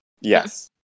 Yes